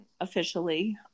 officially